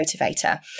motivator